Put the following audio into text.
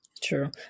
True